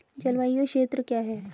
जलवायु क्षेत्र क्या है?